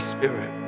Spirit